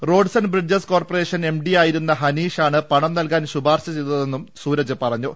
റ്റോഡ്സ് and bridges corporation M D ആയിരുന്നു ഹനീഷ് ആണ് പണം നൽകാൻ ശുപാർശ ചെയ്തതെന്നും സൂര്ജ് പറഞ്ഞു